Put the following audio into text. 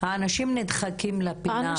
האנשים נדחקים לפינה,